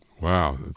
Wow